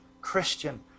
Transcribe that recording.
Christian